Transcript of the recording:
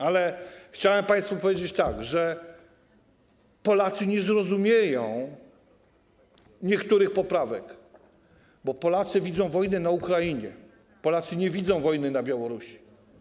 Ale chciałem państwu powiedzieć, że Polacy nie zrozumieją niektórych poprawek, bo Polacy widzą wojnę na Ukrainie, Polacy nie widzą wojny na Białorusi.